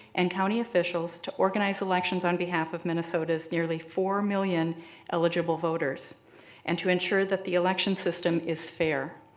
and county officials to organize elections on behalf of minnesota's nearly four million eligible voters and to ensure that the election system is fair.